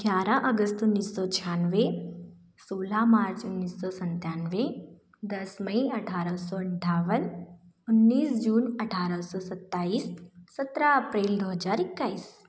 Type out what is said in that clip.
ग्यारह अगस्त उन्नीस सौ छियानवे सोलह मार्च उन्नीस सौ संतानवे दस मई अठारह सौ अनठावन उन्नीस जून अठारह सौ सत्ताईस सत्रह अप्रैल दो हज़ार इक्कीस